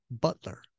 butler